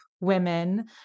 women